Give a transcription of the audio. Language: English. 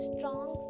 Strong